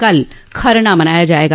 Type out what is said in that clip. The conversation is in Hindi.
कल खरना मनाया जाएगा